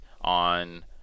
on